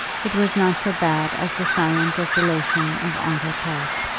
it was not so bad as the silent desolation of ongar park.